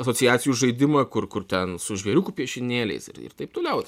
asociacijų žaidimą kur kur ten su žvėriukų piešinėliais ir ir taip toliau